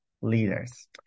leaders